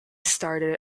started